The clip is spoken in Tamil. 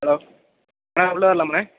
ஹலோ அண்ணே உள்ளே வர்லாமாண்ணே